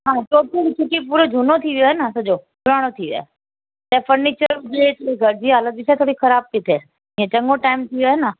हा त पोइ छोकी झूनो थी वियो आहे न सॼो पुराणो थी वियो आहे त फर्नीचर रेट में घटिजी वियो आहे जिते किथे ख़राबु थी रहे त चङो टाईम थी वयो आहे न